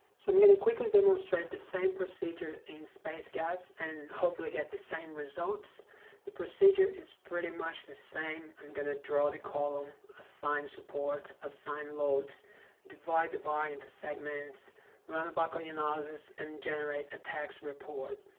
so i'm going to quickly demonstrate the same procedure in space gas and hopefully get the same results the procedure is pretty much the same i'm going to draw the column assign supports assign loads divide the bar into segments run a buckling analysis and generate a text report